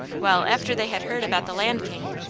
well, after they had heard about the land king,